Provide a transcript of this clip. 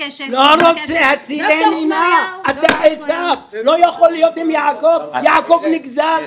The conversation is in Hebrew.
לא עשיתי לך דבר רע, באתי להזדהות עם הכאב שלך.